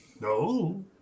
No